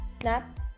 snap